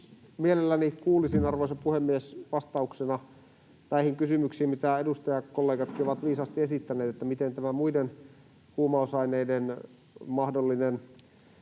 mielelläni kuulisin, arvoisa puhemies, vastauksena näihin kysymyksiin, mitä edustajakollegatkin ovat viisaasti esittäneet, että miten tämä muiden huumausaineiden mahdollisen